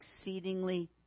exceedingly